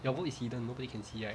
your vote is hidden nobody can see right